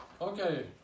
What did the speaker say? Okay